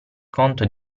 conto